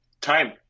time